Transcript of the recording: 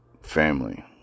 family